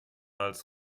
als